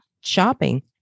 shopping